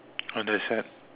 !wah! that's sad